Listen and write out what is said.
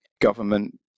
government